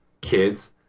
kids